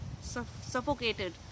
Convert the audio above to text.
suffocated